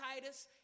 Titus